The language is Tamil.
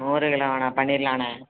நூறு கிலோவாண்ணே பண்ணிடலாம்ணே